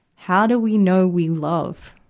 how do we know we love?